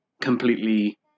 completely